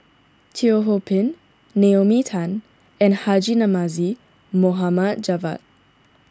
Teo Ho Pin Naomi Tan and Haji Namazie Mohd Javad